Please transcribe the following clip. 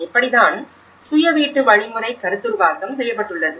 இப்படிதான் சுய வீட்டு வழிமுறை கருத்துருவாக்கம் செய்யப்பட்டுள்ளது